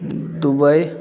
Dubai